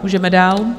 Můžeme dál.